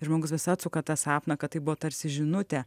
žmogus vis atsuka tą sapną kad tai buvo tarsi žinutė